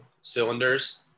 cylinders